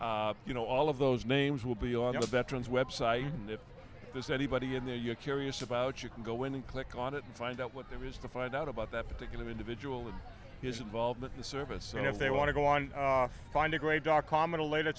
you know all of those names will be on the veterans web site and if there's anybody in there you're curious about you can go in and click on it and find out what there is to find out about that particular individual and his involvement in the service and if they want to go on find a great dot com in a later